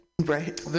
Right